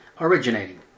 originating